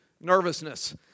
nervousness